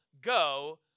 go